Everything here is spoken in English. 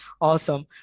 awesome